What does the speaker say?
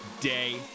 day